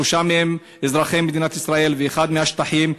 שלושה מהם אזרחי מדינת ישראל ואחד מהשטחים,